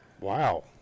Wow